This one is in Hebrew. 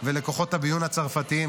ולכוחות הביון הצרפתיים,